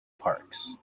parks